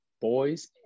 boys